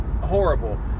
horrible